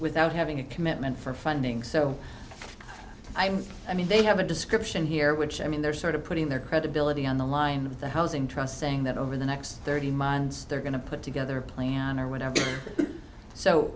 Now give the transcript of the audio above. without having a commitment for funding so i mean i mean they have a description here which i mean they're sort of putting their credibility on the line of the housing trust saying that over the next thirty minds they're going to put together a plan or whatever so